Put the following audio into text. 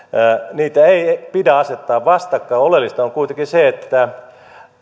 niitä ei ei pidä asettaa vastakkain oleellista on kuitenkin se että